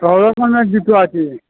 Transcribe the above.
সব রকমের জুতো আছে